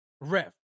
ref